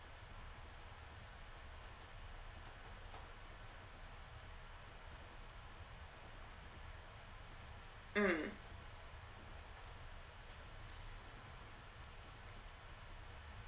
mm